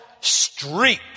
streak